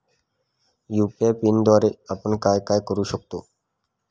UPI पिनद्वारे आपण काय काय करु शकतो?